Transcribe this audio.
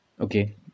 Okay